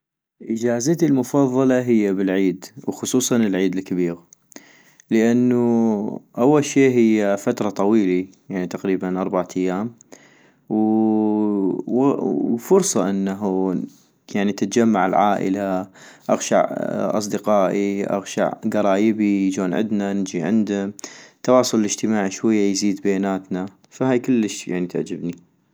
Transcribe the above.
اجازتي المفضلة هي بالعيد، وخصوصا العيد الكبيغ - لانو اول شي هي فترة طويلي ، يعني تقريبا اربعة ايام وو فرصة انه تجمع العائلة، اغشع اصدقائي، اغشع كرايبي يجون عدنا نجي عندم، التواصل الاجتماعي شوية يزيد عدنا، فهاي كلش تعجبني